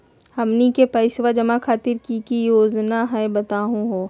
हमनी के पैसवा जमा खातीर की की योजना हई बतहु हो?